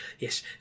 Yes